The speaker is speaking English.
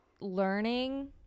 learning